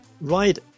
Right